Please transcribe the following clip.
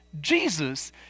Jesus